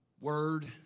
word